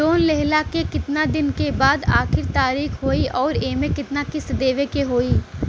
Loan लेहला के कितना दिन के बाद आखिर तारीख होई अउर एमे कितना किस्त देवे के होई?